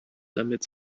damit